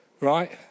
right